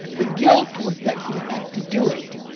the guilt was that you had to do it.